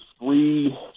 three